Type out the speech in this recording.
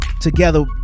together